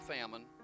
famine